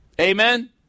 Amen